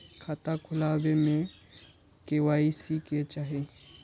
खाता खोला बे में के.वाई.सी के चाहि?